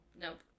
Nope